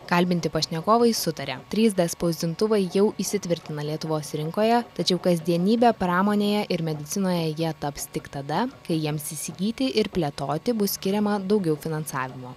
kalbinti pašnekovai sutaria trys d spausdintuvai jau įsitvirtina lietuvos rinkoje tačiau kasdienybė pramonėje ir medicinoje jie taps tik tada kai jiems įsigyti ir plėtoti bus skiriama daugiau finansavimo